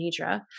nidra